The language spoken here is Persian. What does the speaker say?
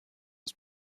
است